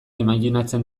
imajinatzen